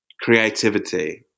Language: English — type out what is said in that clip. creativity